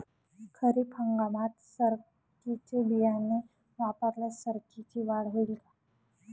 खरीप हंगामात सरकीचे बियाणे वापरल्यास सरकीची वाढ होईल का?